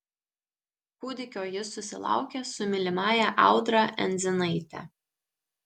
kūdikio jis susilaukė su mylimąja audra endzinaite